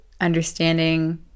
understanding